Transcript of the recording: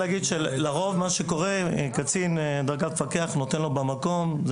לרוב קצין בדרגת מפקח נותן לו במקום את ההרחקה,